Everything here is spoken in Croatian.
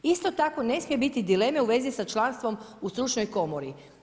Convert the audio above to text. Isto tako ne smije biti dileme u vezi sa članstvom u stručnoj komori.